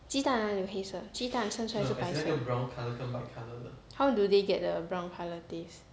鸡蛋哪里有黑色鸡蛋生出来是白色 how do they get the brown colour taste